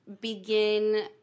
begin